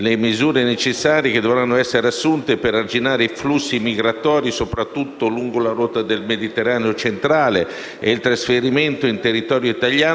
Il Ministro però ha omesso di dire che ci è costato 3,9 miliardi e che l'unico farmaco a disposizione era un farmaco della